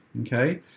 okay